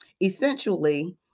Essentially